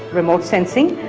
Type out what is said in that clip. remote sensing,